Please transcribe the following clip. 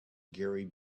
gary